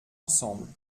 ensemble